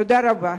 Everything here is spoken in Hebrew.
תודה רבה.